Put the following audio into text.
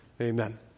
Amen